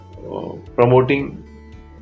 promoting